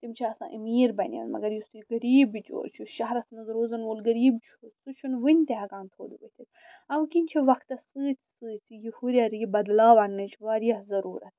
تِم چھِ آسان أمیٖر بَنیم مَگر یُس یہِ غریٖب بِچور چھُ شہرس منٛز روزن وول غریٖب چھُ سُہ چھُنہٕ وٕنہِ تہِ ہٮ۪کان تھوٚد ؤتِتھ اَمہِ کِنۍ چھُ وقتس سۭتۍ سۭتۍ یہِ ہُرٮ۪ر یہِ بدلاو اننٕچ واریاہ ضروٗرت